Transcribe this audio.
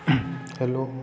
hello